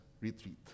retreat